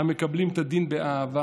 המקבלים את הדין באהבה